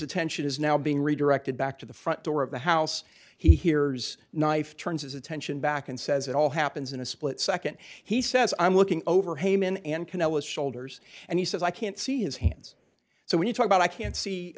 attention is now being redirected back to the front door of the house he hears knife turns his attention back and says it all happens in a split second he says i'm looking over heyman and kanellis shoulders and he says i can't see his hands so when you talk about i can't see